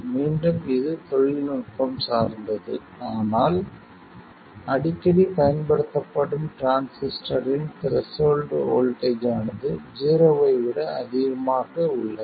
மீண்டும் இது தொழில்நுட்பம் சார்ந்தது ஆனால் அடிக்கடி பயன்படுத்தப்படும் டிரான்சிஸ்டரின் த்ரெஷோல்ட் வோல்ட்டேஜ் ஆனது ஜீரோவை விட அதிகமாக உள்ளது